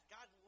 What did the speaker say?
God